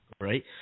Right